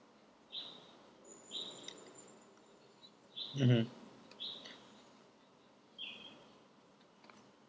mmhmm